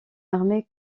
armée